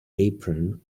apron